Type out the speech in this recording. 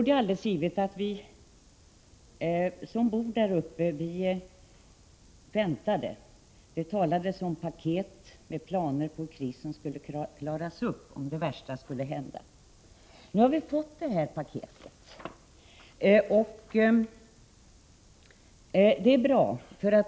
Det är alldeles givet att vi som bor där uppe väntade. Det talades om ett paket med planer på hur krisen skulle kunna klaras, om det värsta skulle hända. Nu har vi fått paketet, och det är bra.